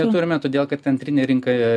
neturime todėl kad antrinė rinka